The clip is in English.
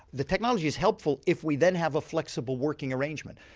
the technology is helpful if we then have a flexible working arrangement.